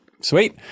sweet